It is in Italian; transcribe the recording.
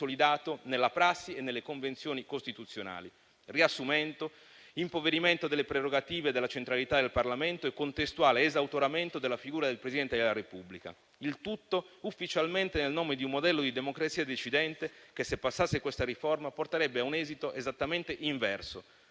nella prassi e nelle convenzioni costituzionali. Riassumo: impoverimento delle prerogative e della centralità del Parlamento e contestuale esautoramento della figura del Presidente della Repubblica; il tutto ufficialmente nel nome di un modello di democrazia decidente, che, se passasse questa riforma, porterebbe un esito esattamente inverso: